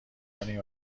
کنیم